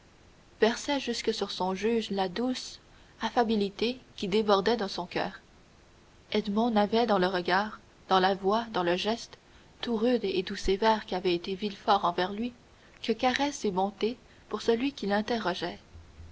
versait jusque sur son juge la douce affabilité qui débordait de son coeur edmond n'avait dans le regard dans la voix dans le geste tout rude et tout sévère qu'avait été villefort envers lui que caresses et bonté pour celui qui l'interrogeait